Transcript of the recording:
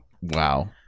wow